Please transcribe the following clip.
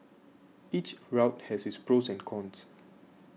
each route has its pros and cons